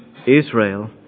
Israel